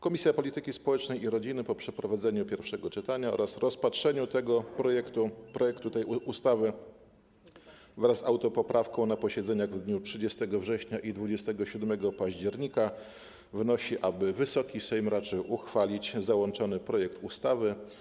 Komisja Polityki Społecznej i Rodziny po przeprowadzeniu pierwszego czytania oraz rozpatrzeniu projektu tej ustawy, wraz z autopoprawką, na posiedzeniach w dniach 30 września i 27 października wnosi, aby Wysoki Sejm raczył uchwalić załączony projekt ustawy.